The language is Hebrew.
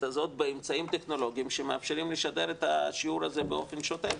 הזאת באמצעים טכנולוגיים שמאפשרים לשדר את השיעור הזה באופן שוטף.